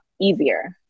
easier